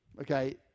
okay